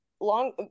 long